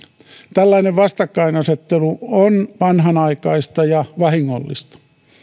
tällainen vastakkainasettelu on vanhanaikaista ja vahingollista